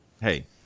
hey